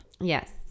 Yes